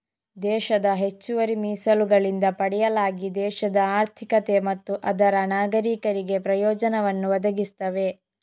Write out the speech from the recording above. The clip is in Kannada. ದೇಶದ ಹೆಚ್ಚುವರಿ ಮೀಸಲುಗಳಿಂದ ಪಡೆಯಲಾಗಿ ದೇಶದ ಆರ್ಥಿಕತೆ ಮತ್ತು ಅದರ ನಾಗರೀಕರಿಗೆ ಪ್ರಯೋಜನವನ್ನು ಒದಗಿಸ್ತವೆ